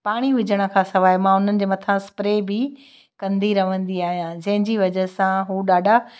पाणी विझण खां सवाइ मां उन्हनि जे मथां स्प्रे बि कंदी रहंदी आहियां जंहिंजी वज़ह सां हू ॾाढा